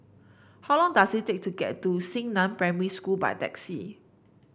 how long does it take to get to Xingnan Primary School by taxi